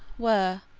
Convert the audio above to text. were,